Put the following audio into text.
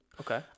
Okay